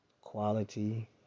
quality